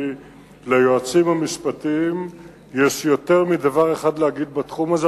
כי ליועצים המשפטיים יש יותר מדבר אחד להגיד בתחום הזה.